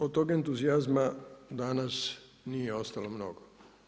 Od tog entuzijazma danas nije ostalo mnogo.